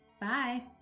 bye